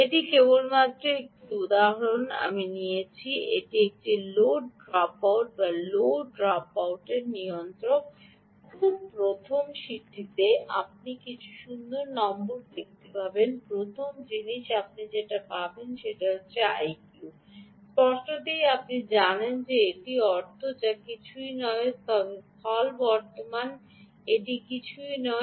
এটি কেবলমাত্র এটির উদাহরণ হিসাবে আমি নিয়েছি এটি একটি load dropout low drop out নিয়ন্ত্রক এবং খুব প্রথম শীটটিতে আপনি কিছু সুন্দর নম্বর দেখতে পাবেন প্রথম জিনিস আপনি দেখতে পাবেন কম IQ আপনি জানেন স্পষ্টতই আপনি জানেন যে এটির অর্থ যা কিছুই নয় তবে স্থল বর্তমান এটি কিছুই নয়